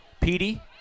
Petey